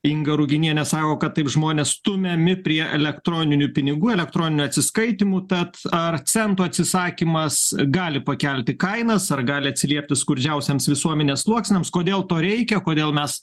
inga ruginienė sako kad taip žmonės stumiami prie elektroninių pinigų elektroninių atsiskaitymų tad ar centų atsisakymas gali pakelti kainas ar gali atsiliepti skurdžiausiems visuomenės sluoksniams kodėl to reikia kodėl mes